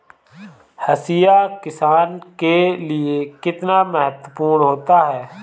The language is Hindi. हाशिया किसान के लिए कितना महत्वपूर्ण होता है?